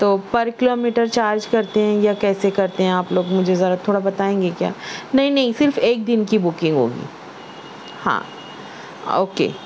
تو پر kilometre charge کرتے ہیں یا کیسے کرتے ہیں آپ لوگ مجھے ذرا تھوڑا بتائیں گے کیا نہیں نہیں صرف ایک دن کی بکنگ ہوگی ہاں اوکے